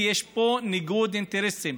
כי יש פה ניגוד אינטרסים.